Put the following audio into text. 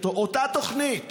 באותה תוכנית,